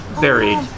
Buried